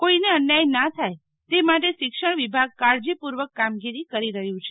કોઈ એ અન્યાય ના થાય તે માટે શિક્ષણ વિભાગ કાળજીપૂર્વક કામગીરી કરી રહ્યો છે